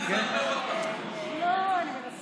הרי ממילא